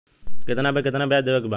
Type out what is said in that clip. कितना पे कितना व्याज देवे के बा?